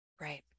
Right